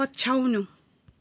पछ्याउनु